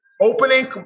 Opening